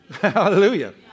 Hallelujah